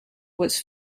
was